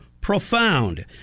profound